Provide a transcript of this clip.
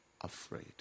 afraid